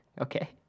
Okay